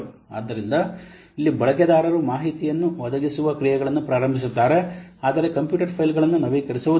ಆದ್ದರಿಂದ ಇಲ್ಲಿ ಬಳಕೆದಾರರು ಮಾಹಿತಿಯನ್ನು ಒದಗಿಸುವ ಕ್ರಿಯೆಗಳನ್ನು ಪ್ರಾರಂಭಿಸುತ್ತಾರೆ ಆದರೆ ಕಂಪ್ಯೂಟರ್ ಫೈಲ್ ಗಳನ್ನು ನವೀಕರಿಸುವುದಿಲ್ಲ